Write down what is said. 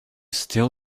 still